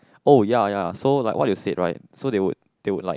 oh ya ya so like what you said right so they would they would like